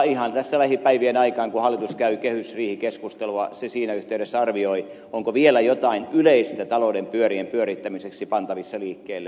ihan tässä lähipäivien aikaan kun hallitus käy kehysriihikeskustelua se siinä yhteydessä arvioi onko vielä jotain yleistä talouden pyörien pyörittämiseksi pantavissa liikkeelle